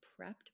prepped